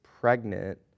pregnant